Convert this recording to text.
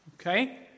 Okay